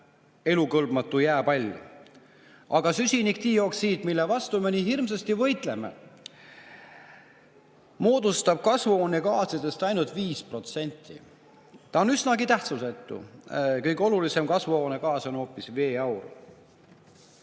elukõlbmatu jääpall. Aga süsinikdioksiid, mille vastu me nii hirmsasti võitleme, moodustab kasvuhoonegaasidest ainult 5%, see on üsnagi tähtsusetu. Kõige olulisem kasvuhoonegaas on hoopis veeaur.